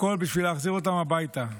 הכול בשביל להחזיר אותם הביתה.